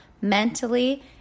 mentally